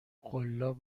قلاب